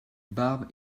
barbe